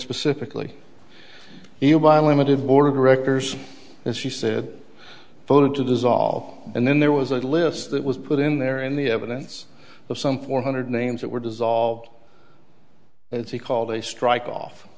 specifically you buy a limited board of directors and she said voted to dissolve and then there was a list that was put in there and the evidence of some four hundred names that were dissolved as he called a strike off